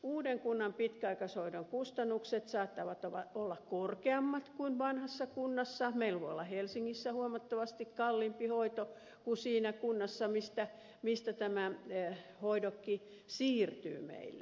uuden kunnan pitkäaikaishoidon kustannukset saattavat olla korkeammat kuin vanhassa kunnassa meillä voi olla helsingissä huomattavasti kalliimpi hoito kuin siinä kunnassa mistä tämä hoidokki siirtyy meille